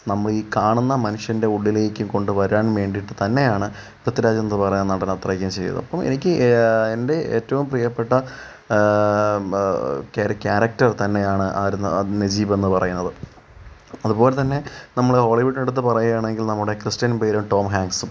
നമ്മളീ കാണുന്ന മനുഷ്യൻ്റെ ഉള്ളിലേക്ക് കൊണ്ടുവരാൻ വേണ്ടീട്ട് തന്നെയാണ് പ്രിത്വിരാജ് എന്ന് പറയുന്ന നടൻ അത്രക്കും ചെയ്തത് അപ്പോൾ എനിക്ക് എൻ്റെ ഏറ്റോം പ്രിയപ്പെട്ട ക്യാ കാരക്ടർ തന്നെയാണ് ആ ആ നജീബെന്ന് പറയുന്നത് അതുപോലെ തന്നെ നമ്മൾ ഹോളിവുഡ് എടുത്ത് പറയുവാണെങ്കിൽ നമ്മുടെ ക്രിസ്ത്യൻ ബെയ്ലും ടോം ഹാങ്സും